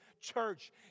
church